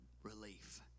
Relief